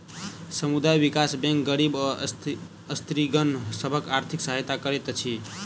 समुदाय विकास बैंक गरीब आ स्त्रीगण सभक आर्थिक सहायता करैत अछि